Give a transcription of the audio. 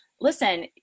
listen